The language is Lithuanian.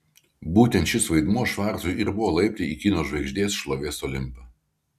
būtent šis vaidmuo švarcui ir buvo laiptai į kino žvaigždės šlovės olimpą